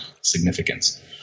significance